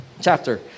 chapter